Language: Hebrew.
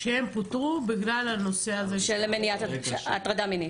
שהם פוטרו בגלל הנושא הזה של --- של הטרדה מינית.